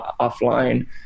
offline